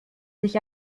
sich